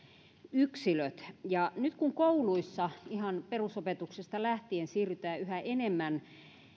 yksilöt nyt kun kouluissa ihan perusopetuksesta lähtien siirrytään yhä enemmän